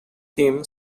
him